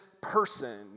person